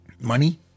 Money